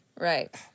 right